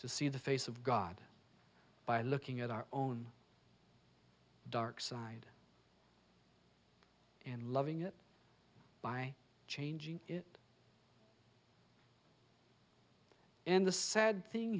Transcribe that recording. to see the face of god by looking at our own dark side and loving it by changing it and the sad thing